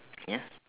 yes